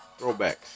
throwbacks